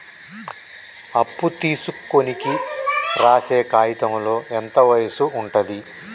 అప్పు తీసుకోనికి రాసే కాయితంలో ఎంత వయసు ఉంటది?